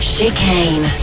Chicane